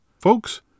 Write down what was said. Folks